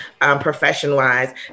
profession-wise